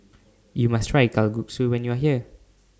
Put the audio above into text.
YOU must Try Kalguksu when YOU Are here